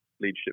leadership